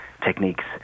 techniques